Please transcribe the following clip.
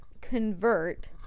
convert